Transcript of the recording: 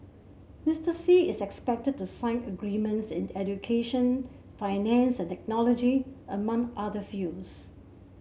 Mister Xi is expected to sign agreements in education finance and technology among other fields